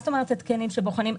מה זאת אומרת "התקנים שבוחנים את